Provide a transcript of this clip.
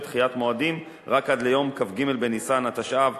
דחיית מועדים רק עד ליום כ"ג בניסן התשע"ב,